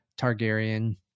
Targaryen